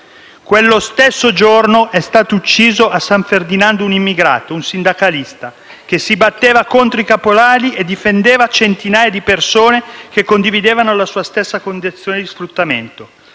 Quello stesso giorno è stato ucciso a San Ferdinando un immigrato, un sindacalista, che si batteva contro i caporali e difendeva centinaia di persone che condividevano la sua stessa condizione di sfruttamento.